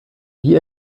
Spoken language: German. wie